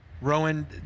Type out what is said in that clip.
Rowan